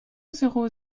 zéro